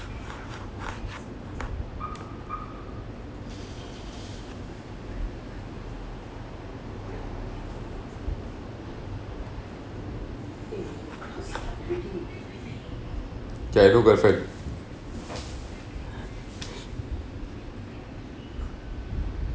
K I no girlfriend